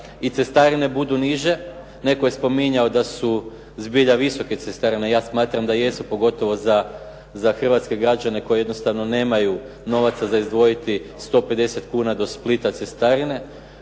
cestarine budu niže. Netko je spominjao da su zbilja visoke cestarine. Ja smatram da jesu, pogotovo za hrvatske građane koji jednostavno nemaju novaca za izdvojiti 150 kuna do Splita cestarine.